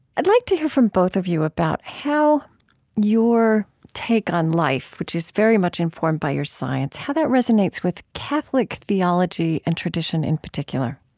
i'd like to hear from both of you about how your take on life, which is very much informed by your science how that resonates with catholic theology and tradition in particular